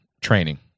training